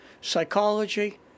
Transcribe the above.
psychology